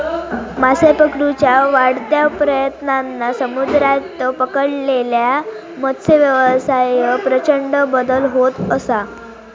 मासे पकडुच्या वाढत्या प्रयत्नांन समुद्रात पकडलेल्या मत्सव्यवसायात प्रचंड बदल होत असा